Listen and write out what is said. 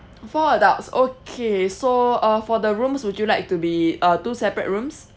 four adults okay so uh for the rooms would you like to be uh two separate rooms